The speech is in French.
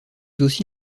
aussi